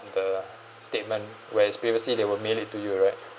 the statement whereas previously they will mail it to you right